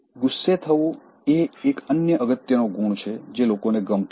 ગુસ્સે થવું એ એક અન્ય અગત્યનો ગુણ છે જે લોકોને ગમતો નથી